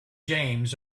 james